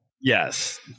Yes